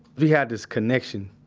we had this connection.